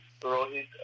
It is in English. Rohit